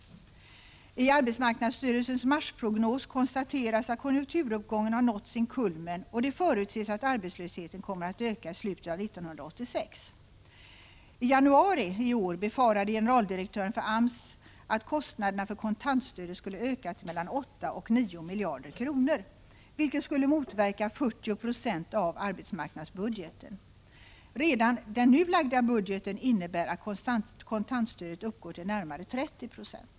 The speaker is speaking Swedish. I AMS marsprognos konstateras att konjunkturuppgången har nått sin kulmen, och det förutses att arbetslösheten kommer att öka i slutet av 1986. I januari befarade generaldirektören för AMS att kostnaderna för kontantstödet skulle öka till mellan 8 och 9 miljarder kronor, vilket skulle motsvara 40 90 av arbetsmarknadsbudgeten. Redan den nu lagda budgeten innebär att kontantstödet uppgår till närmare 30 90.